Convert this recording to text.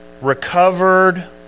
recovered